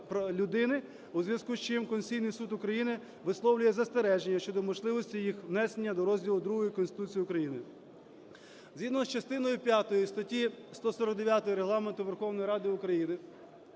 у зв'язку з чим Конституційний Суд України висловлює застереження щодо можливості їх внесення до розділу II Конституції України. Згідно з частиною п'ятою статті 149 Регламенту Верховної Ради України,